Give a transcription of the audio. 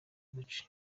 duce